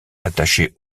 attachées